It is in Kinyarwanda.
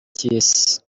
cy’isi